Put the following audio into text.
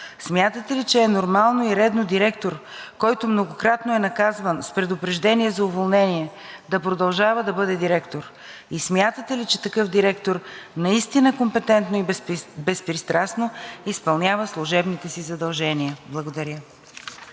смятате ли, че е нормално и редно директор, който многократно е наказван с „предупреждение за уволнение“, да продължава да бъде директор и смятате ли, че такъв директор наистина компетентно и безпристрастно изпълнява служебните си задължения? Благодаря.